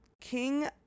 King